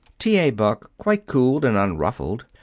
t. a. buck, quite cool and unruffled,